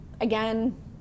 again